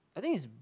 I think is